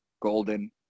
golden